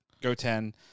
Goten